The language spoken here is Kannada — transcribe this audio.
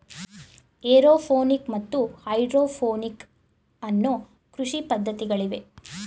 ಏರೋಪೋನಿಕ್ ಮತ್ತು ಹೈಡ್ರೋಪೋನಿಕ್ ಅನ್ನೂ ಕೃಷಿ ಪದ್ಧತಿಗಳಿವೆ